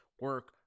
Work